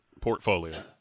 portfolio